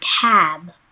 tab